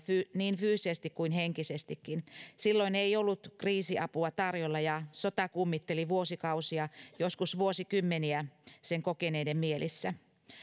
niin fyysisesti kuin henkisestikin silloin ei ollut kriisiapua tarjolla ja sota kummitteli vuosikausia joskus vuosikymmeniä sen kokeneiden mielissä